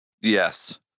Yes